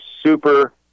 super